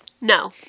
No